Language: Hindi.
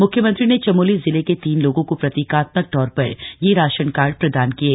म्ख्यमंत्री ने चमोली जिले के तीन लोगों को प्रतीकात्मक तौर पर ये राशन कार्ड प्रदान किये